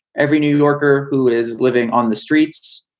every new yorker who is living on the streets.